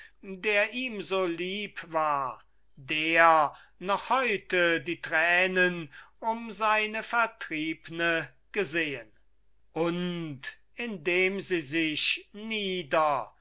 der ihm so lieb war der noch heute die tränen um seine vertriebne gesehen und indem sie sich nieder